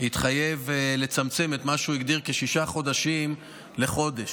התחייב לצמצם את מה שהוא הגדיר כשישה חודשים לחודש.